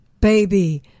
Baby